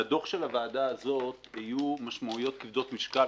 לדוח של הוועדה הזאת יהיו משמעויות כבדות משקל,